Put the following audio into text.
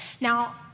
Now